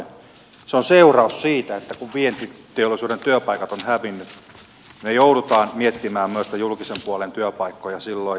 se on seuraus siitä että kun vientiteollisuuden työpaikat ovat hävinneet me joudumme miettimään myös niitä julkisen puolen työpaikkoja silloin